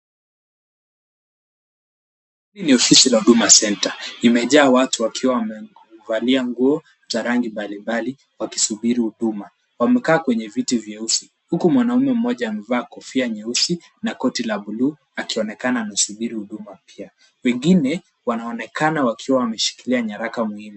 Hii ni ofisi la huduma centre . Imejaa watu wakiwa wamevalia nguo za rangi mbalimbali wakisubiri huduma. Wamekaa kwenye viti vyeusi huku mwanaume mmoja amevaa kofia nyeusi na koti la blue akionekana anasubiri huduma pia. Wengine wanaonekana wakiwa wameshikilia nyaraka muhimu.